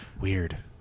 Weird